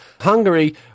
Hungary